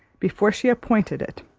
before she appointed it.